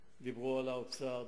דיברו על האוצר,